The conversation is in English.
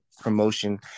promotion